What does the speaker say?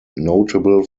notable